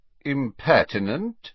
Impertinent